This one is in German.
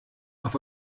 auf